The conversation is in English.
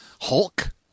Hulk